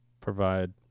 provide